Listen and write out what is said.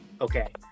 Okay